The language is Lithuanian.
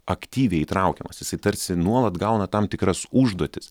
aktyviai įtraukiamas jisai tarsi nuolat gauna tam tikras užduotis